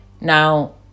now